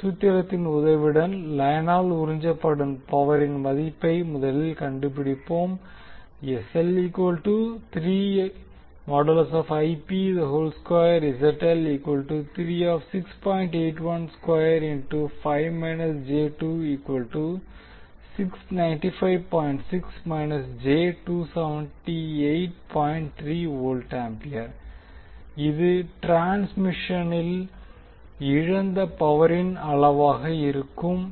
இந்த சூத்திரத்தின் உதவியுடன் லைனால் உறிஞ்சப்படும் பவரின் மதிப்பை முதலில் கண்டுபிடிப்போம் இது டிரான்ஸ்மிஷனில் இழந்த பவரின் அளவாக இருக்கும்